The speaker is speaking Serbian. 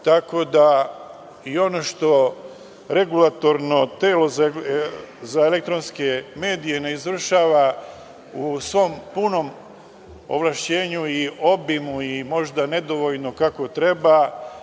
Tako da, ono što Regulatorno telo za elektronske medije ne izvršava u svom punom ovlašćenju i obimu i možda nedovoljno kako treba,